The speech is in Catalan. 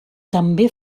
també